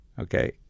okay